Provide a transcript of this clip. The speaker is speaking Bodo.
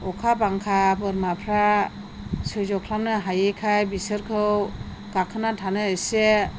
अखा बांखा बोरमाफ्रा सैज्य' खालामनो हायैखाय बिसोरखौ गाखोना थानो एसे